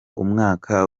umwaka